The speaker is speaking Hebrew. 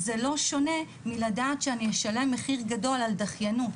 זה לא שונה מלדעת שאני אשלם מחיר גדול על דחיינות.